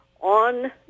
on